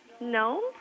No